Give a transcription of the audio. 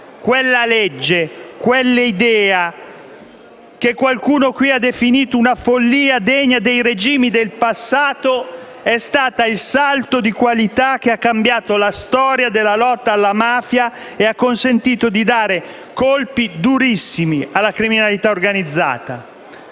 Quella legge, quell'idea, che qualcuno qui ha definito una follia degna dei regimi del passato, è stata il salto di qualità che ha cambiato la storia della lotta alla mafia e ha consentito di dare colpi durissimi alla criminalità organizzata.